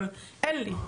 אבל אין לי.